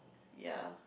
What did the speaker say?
ya